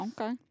okay